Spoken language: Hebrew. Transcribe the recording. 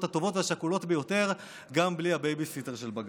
הטובות והשקולות ביותר גם בלי הבייביסיטר של בג"ץ.